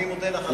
אני מודה לך.